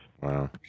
Wow